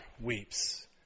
weeps